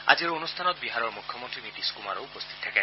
আজিৰ অনুষ্ঠানত বিহাৰৰ মুখ্যমন্ত্ৰী নীতিশ কুমাৰো উপস্থিত থাকে